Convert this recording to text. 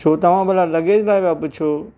छो तव्हां भला लगेज लाइ पिया पुछो